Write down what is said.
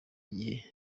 gihe